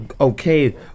okay